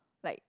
like